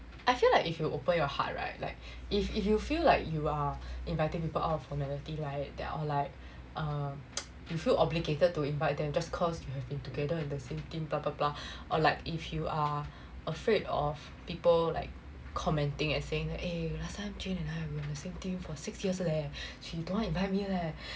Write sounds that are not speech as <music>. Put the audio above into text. I feel like if you open your heart right like if if you feel like you are inviting people of formality like that or like err you feel obligated to invite than just cause you have been together in the same team <noise> or like if you are afraid of people like commenting and saying that eh last time jane and I were in the same team for six years leh she don't want invite me leh